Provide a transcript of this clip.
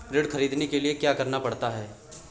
ऋण ख़रीदने के लिए क्या करना पड़ता है?